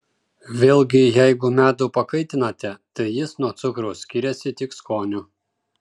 vėlgi jeigu medų pakaitinate tai jis nuo cukraus skiriasi tik skoniu